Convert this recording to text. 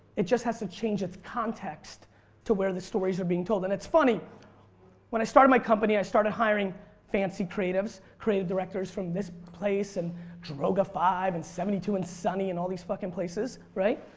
it just has the change its context to where the stories are being told. it's funny when i started my company i started hiring fancy creatives, creative directors from this place and droga five and seventy two and sunny and all these fuckin' places, right?